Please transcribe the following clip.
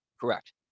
Correct